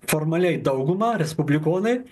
formaliai daugumą respublikonai